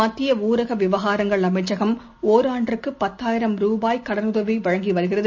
மத்தியஊரகவிவகாரங்கள் அமைச்சகம் இராண்டுக்குபத்தாயிரம் ரூபாய் கடனுதவிவழங்கிவருகிறது